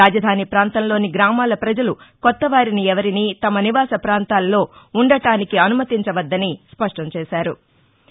రాజధాని ప్రాంతంలోని గ్రామాల ప్రజలు కొత్త వారిని ఎవరినీ తమ నివాస పాంతాల్లో ఉండటానికి అనుమతించవద్దని స్పష్టం చేశారు